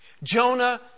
Jonah